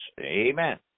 Amen